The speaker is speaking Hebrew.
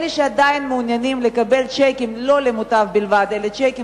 אלה שעדיין מעוניינים לקבל שיקים לא למוטב בלבד אלא שיקים